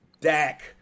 Dak